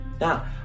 Now